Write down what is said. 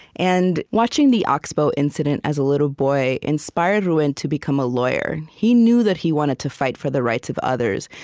and watching the ox bow incident as a little boy inspired ruben to become a lawyer. he knew that he wanted to fight for the rights of others,